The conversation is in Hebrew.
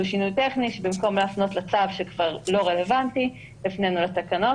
שינוי טכני שבמקום להפנות לצו שכבר לא רלוונטי הפנינו לתקנות.